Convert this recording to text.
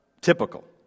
typical